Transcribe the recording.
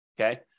Okay